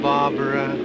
Barbara